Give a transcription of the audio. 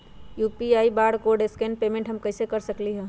UPI barcode scan payment हम कईसे कर सकली ह?